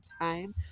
time